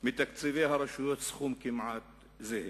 מתקציבי הרשויות סכום כמעט זהה.